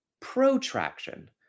protraction